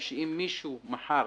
אם מישהו מחר